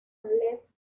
les